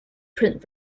print